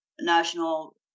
National